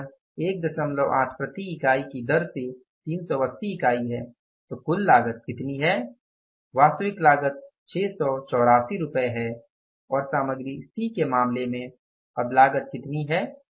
यहां यह 18 प्रति इकाई की दर से 380 इकाई है तो कुल लागत कितनी है वास्तविक लागत 684 है और सामग्री C के मामले में अब लागत कितनी है